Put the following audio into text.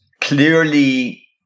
Clearly